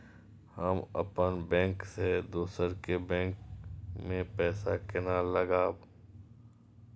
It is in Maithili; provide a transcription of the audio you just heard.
हम अपन बैंक से दोसर के बैंक में पैसा केना लगाव?